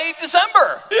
December